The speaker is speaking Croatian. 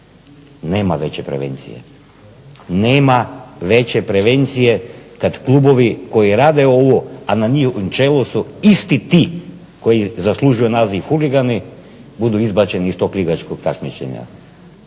Nema veće prevencije, nema veće prevencije kada klubovi koji rade ove, a na njihovom čelu su isti ti koji zaslužuju naziv huligani budu izbačenih iz tog ligaškog takmičenja.